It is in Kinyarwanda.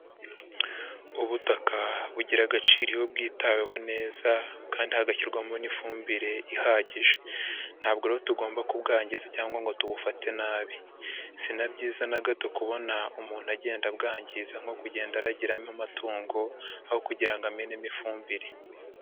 Ubutaka bugira agaciro iyo bwitaweho neza kandi hagashyirwamo n'ifumbire ihagije, ntabwo rero tugomba kubwangiza cyangwa ngo tubufate nabi, si na byiza na gato kubona umuntu agenda abwangiza nko kugenda aragiramo amatungo aho kugira ngo amenemo ifumbire.